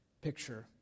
picture